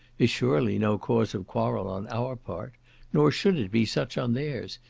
is surely no cause of quarrel on our part nor should it be such on theirs,